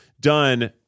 done